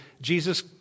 Jesus